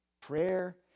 Prayer